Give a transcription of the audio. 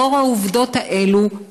לאור העובדות האלה,